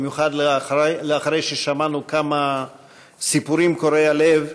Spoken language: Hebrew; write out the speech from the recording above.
במיוחד אחרי ששמענו כמה סיפורים קורעי לב,